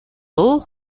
дуу